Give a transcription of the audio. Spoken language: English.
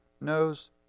knows